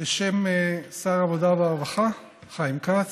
בשם שר העבודה והרווחה חיים כץ,